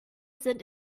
sind